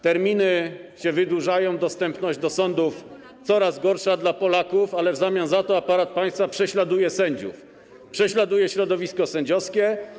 Terminy się wydłużają, dostęp do sądów coraz gorszy dla Polaków, ale w zamian za to aparat państwa prześladuje sędziów, prześladuje środowisko sędziowskie.